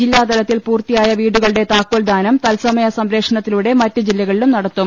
ജില്ലാതലത്തിൽ പൂർത്തിയായ വീടുകളുടെ താക്കോൽദാനം തത്സമയ സംപ്രേക്ഷണത്തിലൂടെ മറ്റ് ജില്ലക ളിലും നടത്തും